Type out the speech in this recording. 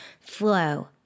Flow